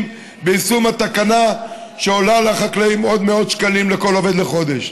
ביישום התקנה שעולה לחקלאים עוד מאות שקלים לכל עובד לחודש.